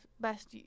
best